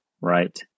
right